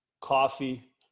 coffee